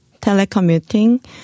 telecommuting